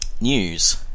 news